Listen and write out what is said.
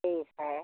ठीक है